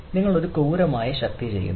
നിങ്ങൾ ഒരു ക്രൂരമായ ശക്തി ചെയ്യുന്നു